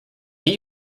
new